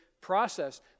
process